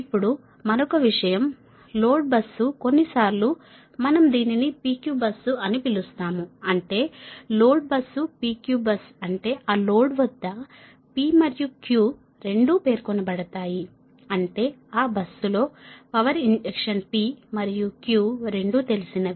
ఇప్పుడు మరొక విషయం లోడ్ బస్సు కొన్నిసార్లు మనం దీనిని P Q బస్సు అని పిలుస్తాము అంటే load bus P Q bus అంటే ఆ లోడ్ వద్ద P మరియు Q రెండూ పేర్కొనబడతాయి అంటే ఆ బస్సులో పవర్ ఇంజెక్షన్ P మరియు Q రెండూ తెలిసినవి